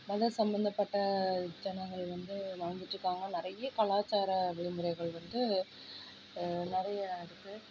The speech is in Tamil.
மத சம்பந்தப்பட்ட ஜனங்கள் வந்து வாழ்ந்துட்டு இருக்காங்க நிறைய கலாச்சார வழிமுறைகள் வந்து நிறைய இருக்குது